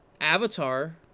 Avatar